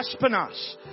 Aspenas